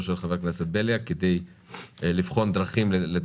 של חבר הכנסת בליאק כדי לבחון דרכים לטפל בזה.